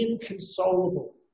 inconsolable